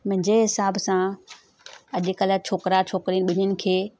मुंहिंजे हिसाब सां अॼुकल्ह छोकिरा छोजिरियुनि ॿिन्हिनि खे